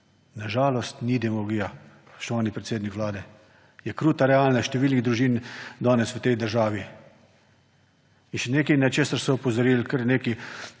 Na žalost ni demagogija, spoštovani predsednik Vlade, je kruta realna številnih družin danes v tej državi. In še nekaj, na kar so opozorili, kar nekaj